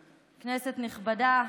כנסת נכבדה,